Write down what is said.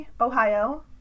Ohio